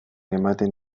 ematen